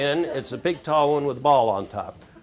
in it's a big tall one with a ball on top